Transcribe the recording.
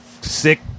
sick